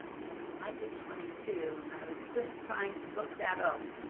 ah okay. well, i did twenty two and i was just trying to look that up.